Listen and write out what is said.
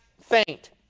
faint